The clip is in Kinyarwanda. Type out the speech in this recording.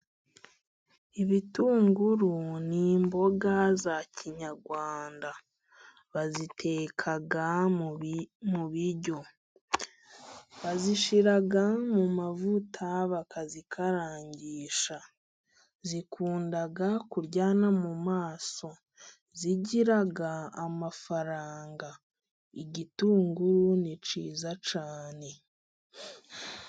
Ibitunguru ni imboga za kinyarwanda. Baziteka mu biryo， bazishyira mu mavuta bakazikarangisha， zikunda kuryana mu maso，zigira amafaranga. Igitunguru ni kiza cyane.